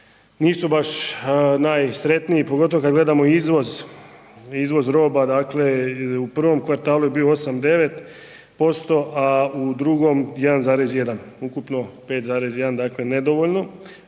nisu možda najsretniji, pogotovo kada gledamo izvoz roba. Dakle u prvom kvartalu je bi 8, 9%, a u drugom 1,1% ukupno 5,1 dakle nedovoljno,